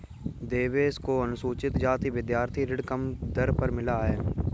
देवेश को अनुसूचित जाति विद्यार्थी ऋण कम दर पर मिला है